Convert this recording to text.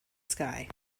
sky